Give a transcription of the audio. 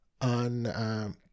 on